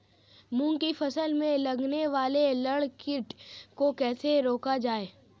मूंग की फसल में लगने वाले लार कीट को कैसे रोका जाए?